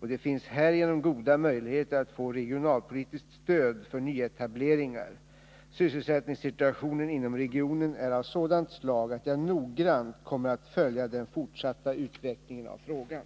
och det finns härigenom goda möjligheter att få regionalpolitiskt stöd för nyetableringar. Sysselsättningssituationen inom regionen är av sådant slag att jag noggrant kommer att följa den fortsatta utvecklingen av frågan.